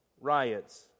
riots